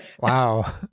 Wow